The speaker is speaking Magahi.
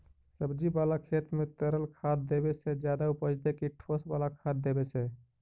सब्जी बाला खेत में तरल खाद देवे से ज्यादा उपजतै कि ठोस वाला खाद देवे से?